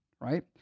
right